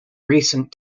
recent